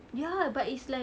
ya but it's like